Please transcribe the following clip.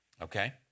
Okay